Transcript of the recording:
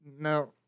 No